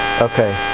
Okay